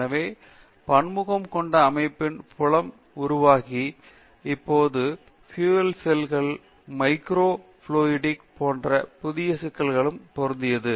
எனவே பன்முகம் கொண்ட அமைப்பின் புலம் உருவாகி இப்போது பியூஎல் செல்கள் மற்றும் மைக்ரோஃப்யூவிடிக்ஸ் போன்ற புதிய சிக்கல்களுக்கு பொருந்துகிறது